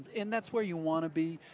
and that's where you want to be.